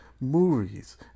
movies